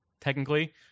technically